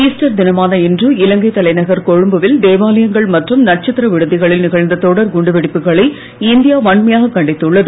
Easter தினமான இன்று இலங்கை தலைநகர் கொழும்பு வில் தேவாலயங்கள் மற்றும் நட்சத்திர விடுதிகளில் நிகழ்ந்த தொடர் குண்டு டிப்புகளை இந்தியா வன்மையாகக் கண்டித்துள்ளது